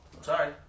Sorry